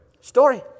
Story